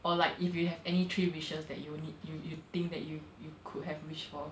or like if you have any three wishes that you will need you you think that you you could have wished for